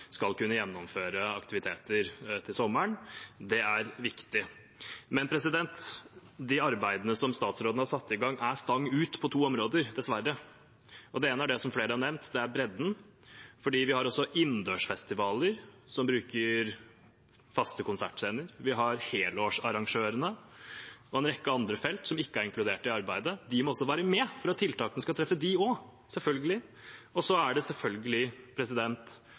skal kunne gjennomføre aktiviteter til sommeren. Det er viktig. Men de arbeidene som statsråden har satt i gang, er stang ut på to områder, dessverre. Det ene er det som flere har nevnt – bredden – for vi har også innendørsfestivaler som bruker faste konsertscener. Vi har helårsarrangørene og en rekke andre felt som ikke er inkludert i arbeidet. De må også være med, for tiltakene skal selvfølgelig treffe dem også. Så er det selvfølgelig